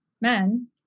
men